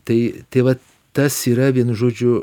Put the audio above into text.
tai tai vat tas yra vienu žodžiu